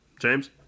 James